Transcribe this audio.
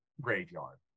graveyard